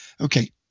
Okay